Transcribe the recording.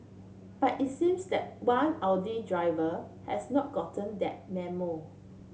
but it seems that one Audi driver has not gotten that memo